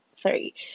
sorry